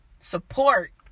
support